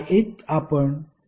I1 आपण V1 - Vx ZA लिहू शकतो